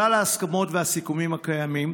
כלל ההסכמות והסיכומים הקיימים,